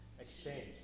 exchange